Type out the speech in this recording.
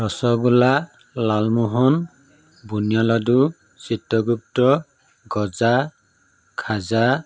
ৰসগোল্লা লালমোহন বুন্দিয়া লাডু চিত্ৰগুপ্ত গজা খাজা